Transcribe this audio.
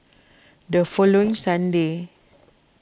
the following Sunday